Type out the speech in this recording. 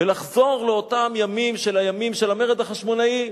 ולחזור לאותם ימים של המרד החשמונאי,